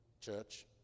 church